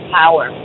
power